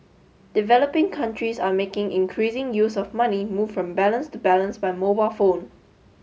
developing countries are making increasing use of money moved from balance to balance by mobile phone